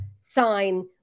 sign